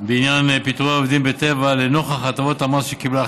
בעניין פיטורי עובדים בטבע לנוכח הטבות המס שקיבלה החברה,